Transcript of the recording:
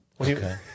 Okay